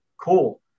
cool